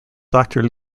doctor